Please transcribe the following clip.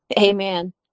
Amen